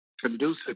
conducive